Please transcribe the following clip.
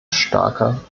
starker